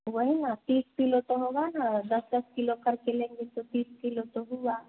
वही ना तीस किलो तो होगा ना दस दस किलो करके लेंगे तो तीस किलो तो हुआ